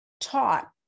taught